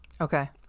Okay